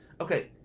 Okay